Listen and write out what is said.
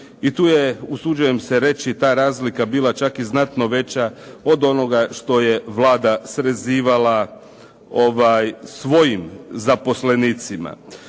i tu je, usuđujem se reći, ta razlika bila čak i znatno veća od onoga što je Vlada srezivala svojim zaposlenicima.